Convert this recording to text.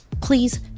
Please